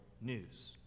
news